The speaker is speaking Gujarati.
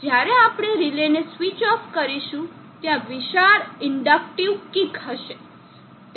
તો જ્યારે આપણે રિલેને સ્વિચ ઓફ કરીશું ત્યાં વિશાળ ઇન્ડક્ટીવ કિક હશે